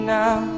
now